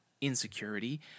insecurity